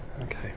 okay